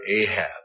Ahab